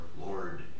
Lord